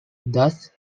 thus